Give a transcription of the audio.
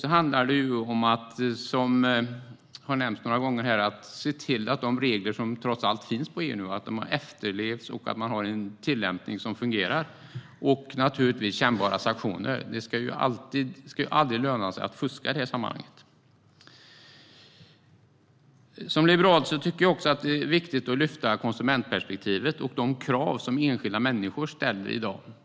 Som har nämnts här ett par gånger handlar det också om att man ska se till att de regler som trots allt finns inom EU efterlevs och att tillämpningen fungerar. Dessutom ska det finnas kännbara sanktioner. Det ska aldrig löna sig att fuska på det här området. Som liberal tycker jag också att det är viktigt att lyfta fram konsumentperspektivet och de krav som enskilda människor ställer.